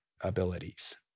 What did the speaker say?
abilities